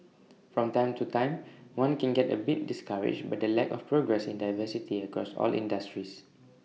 from time to time one can get A bit discouraged by the lack of progress in diversity across all industries